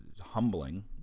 humbling